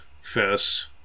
first